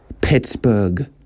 Pittsburgh